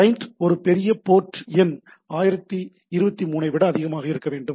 client ஒரு பெரிய port எண் 1023 ஐ விட அதிகமாக இருக்க வேண்டும்